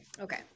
okay